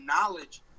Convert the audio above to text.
knowledge